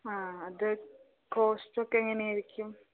ആ അത് കോസ്റ്റ് ഒക്കെ എങ്ങനെ ആയിരിക്കും